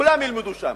כולם ילמדו שם,